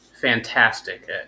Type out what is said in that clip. fantastic